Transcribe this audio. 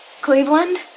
Cleveland